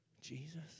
Jesus